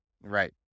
Right